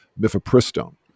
mifepristone